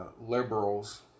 liberals